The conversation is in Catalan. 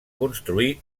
construir